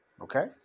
okay